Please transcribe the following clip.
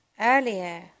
earlier